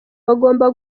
bagomba